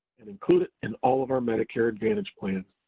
and include it in all of our medicare advantage plans.